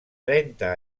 trenta